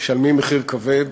משלמים מחיר כבד.